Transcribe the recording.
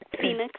Phoenix